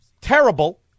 terrible